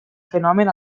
fenomen